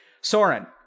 soren